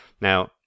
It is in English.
Now